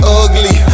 ugly